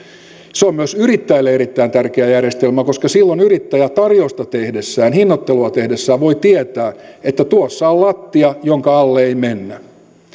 se on myös yrittäjälle erittäin tärkeä järjestelmä koska silloin yrittäjä tarjousta tehdessään hinnoittelua tehdessään voi tietää että tuossa on lattia jonka alle ei mennä